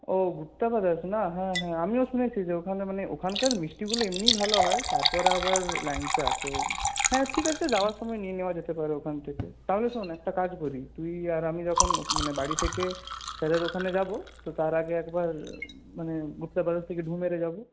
ও Gupta brothers না হ্যাঁ হ্যাঁ আমিও শুনেছি যে ওখানে মানে ওখানকার মিষ্টিগুলো এমনিই ভালো হয় তার পরে আবার ল্যাংচা তো হ্যাঁ ঠিক আছে যাওয়ার সময় নিয়ে নেওয়া যেতে পারে ওখান থেকে তাহলে শোন একটা কাজ করি তুই আর আমি যখন মানে বাড়ি থেকে স্যারের ওখানে যাব তো তার আগে একবার মানে গুপ্তা ব্রাদার্স থেকে ঢুঁ মেরে যাব